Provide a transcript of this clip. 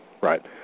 right